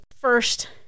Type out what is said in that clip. first